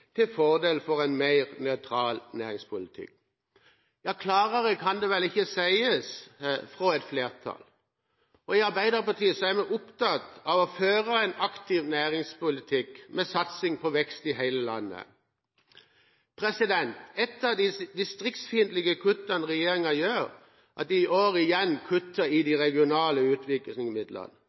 til fordel for en mer nøytral næringspolitikk». Klarere kan det vel ikke sies fra et flertall. I Arbeiderpartiet er vi opptatt av å føre en aktiv næringspolitikk, med satsing på vekst i hele landet. Et av de distriktsfiendtlige kuttene regjeringen gjør, er at de i år igjen kutter i de regionale